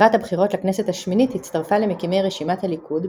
לקראת הבחירות לכנסת השמינית הצטרפה למקימי רשימת הליכוד,